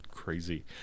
Crazy